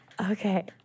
Okay